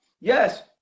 Yes